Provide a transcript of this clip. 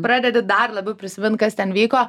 pradedi dar labiau prisimint kas ten vyko